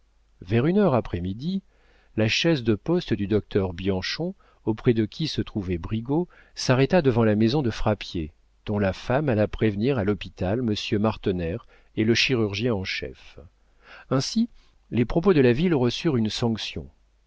vers une heure après midi la chaise de poste du docteur bianchon auprès de qui se trouvait brigaut s'arrêta devant la maison de frappier dont la femme alla prévenir à l'hôpital monsieur martener et le chirurgien en chef ainsi les propos de la ville reçurent une sanction